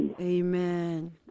Amen